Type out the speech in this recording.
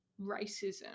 racism